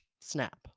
snap